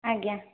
ଆଜ୍ଞା